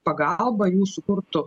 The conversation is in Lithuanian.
pagalba jų sukurtu